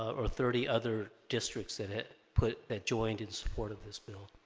or thirty other districts that it put that joint in support of this bill